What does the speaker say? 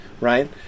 right